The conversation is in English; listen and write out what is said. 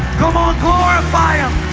come on, laura fire